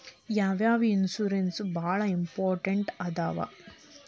ಯಾವ್ಯಾವ ಇನ್ಶೂರೆನ್ಸ್ ಬಾಳ ಇಂಪಾರ್ಟೆಂಟ್ ಅದಾವ?